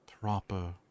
proper